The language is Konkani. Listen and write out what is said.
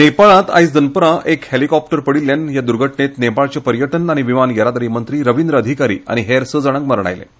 नेपाळांत आयज दनपारां हॅलिकॉप्टर पडिल्ल्यान हे द्र्घटणेंत नेपाळचे पर्यटन आनी विमान येरादारी मंत्री रवींद्र अधिकारी आनी हेर स जाणांक मरण आयलें